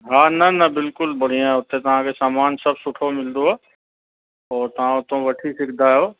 हा न न बिल्कुलु बढ़िया हुते तव्हांखे सामान सभु सुठो मिलदव और तव्हां हुतां वठी सघंदा आहियो